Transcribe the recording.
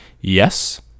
Yes